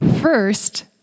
First